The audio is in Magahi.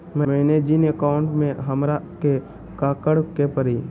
मैंने जिन अकाउंट में हमरा के काकड़ के परी?